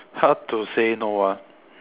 how to say no ah